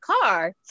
car